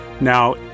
Now